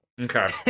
Okay